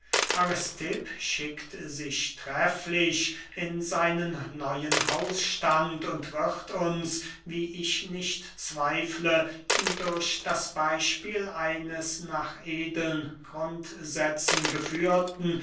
schickt sich trefflich in seinen neuen hausstand und wird uns wie ich nicht zweifle durch das beyspiel eines nach edeln grundsätzen geführten